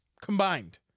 combined